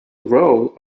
role